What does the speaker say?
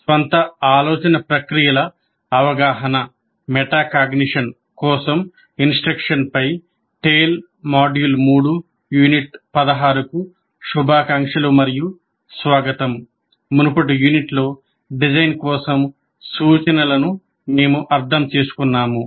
స్వంత ఆలోచన ప్రక్రియల అవగాహన కోసం ఇన్స్ట్రక్షన్ పై TALE మాడ్యూల్ 3 యూనిట్ 16 కు శుభాకాంక్షలు మరియు స్వాగతం మునుపటి యూనిట్లో డిజైన్ కోసం సూచనలను మేము అర్థం చేసుకున్నాము